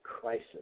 crisis